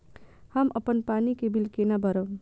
हम अपन पानी के बिल केना भरब?